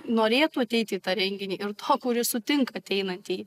norėtų ateiti į tą renginį ir to kuris sutinka ateinantįjį